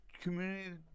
community